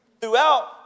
Throughout